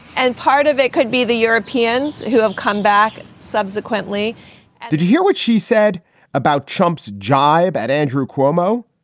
and part of it could be the europeans who have come back subsequently did you hear what she said about trump's jibe at andrew cuomo?